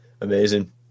Amazing